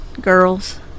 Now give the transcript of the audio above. girls